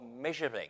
measuring